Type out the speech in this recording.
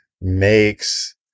makes